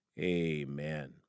Amen